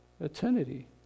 eternity